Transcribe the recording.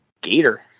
Gator